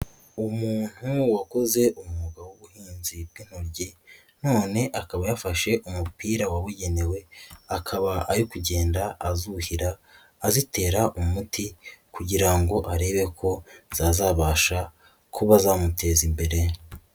Umuntu wakoze umwuga w'ubuhinzi bw'intoryi, none akaba yafashe umupira wabugenewe akaba ari kugenda azuhira azitera umuti kugira ngo arebe ko zazabasha kuba zamuteza imbere.